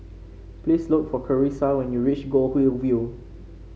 please look for Charissa when you reach Goldhill View